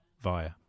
via